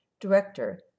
Director